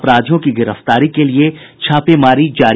अपराधियों की गिरफ्तारी के लिए छापेमारी जारी